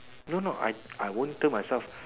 no no I I won't tell myself